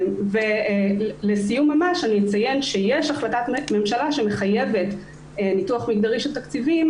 אני אציין שיש החלטת ממשלה שמחייבת ניתוח מגדרי של תקציבים,